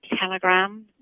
Telegram